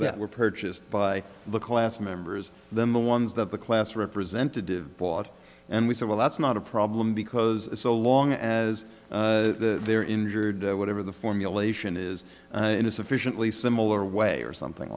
that were purchased by the class members the ones that the class representative bought and we said well that's not a problem because so long as they're injured or whatever the formulation is in a sufficiently similar way or something